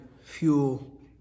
Fuel